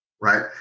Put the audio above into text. right